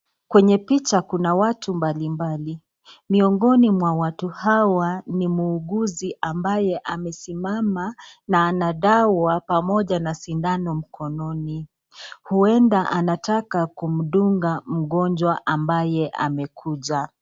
Kwenye picha kuna watu mbalimbali, miongoni mwa watu hawa, ni muuguzi ambaye amesimama na ana dawa pamoja na sindano mkononi. Huenda anataka kumdunga mgonjwa ambaye amekuja.